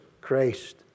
Christ